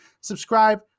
subscribe